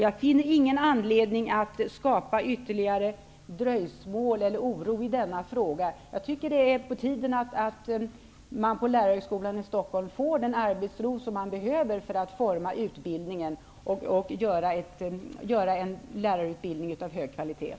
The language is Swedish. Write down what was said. Jag finner ingen anledning att skapa ytterligare dröjsmål eller oro i denna fråga. Det är på tiden att man på Lärarhögskolan i Stockholm får den arbetsro som man behöver för att forma utbildningen och göra en lärarutbildning av hög kvalitet.